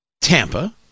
Tampa